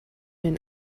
den